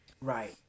Right